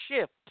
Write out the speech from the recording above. shift